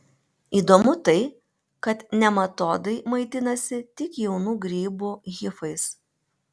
įdomu tai kad nematodai maitinasi tik jaunų grybų hifais